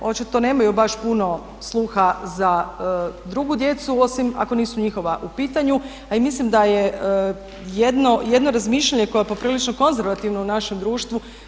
Očito nemaju baš puno sluha za drugu djecu osim ako nisu njihova u pitanju a i mislim da je jedno razmišljanje koje je poprilično konzervativno u našem društvu.